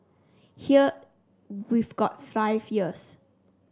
here we've got five years